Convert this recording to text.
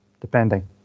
depending